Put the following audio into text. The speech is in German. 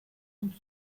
und